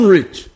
rich